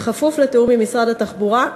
בכפוף לתיאום עם משרד התחבורה,